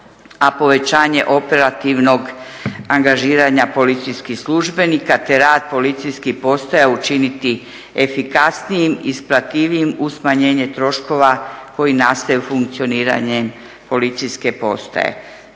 a povećanje operativnog angažiranja policijskih službenika te rad policijskih postaja učiniti efikasnijim, isplativijim uz smanjenje troškova koji nastaju funkcioniranjem policijske postaje.